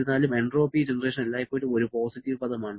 എന്നിരുന്നാലും entropy generation എല്ലായ്പ്പോഴും ഒരു പോസിറ്റീവ് പദമാണ്